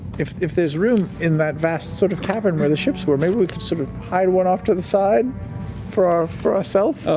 if if there's room in that vast sort of cavern where the ships were, maybe we could sort of hide one off to the side for ah for ourself?